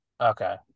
Okay